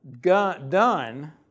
done